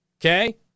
okay